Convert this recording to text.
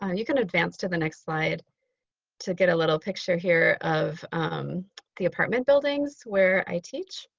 and you can advance to the next slide to get a little picture here of the apartment buildings where i teach.